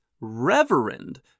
reverend